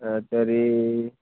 हा तर्हि